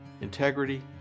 integrity